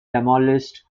demolished